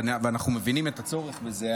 ואנחנו מבינים את הצורך בזה,